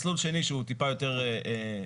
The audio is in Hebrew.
מסלול שני הוא טיפה יותר מחמיר,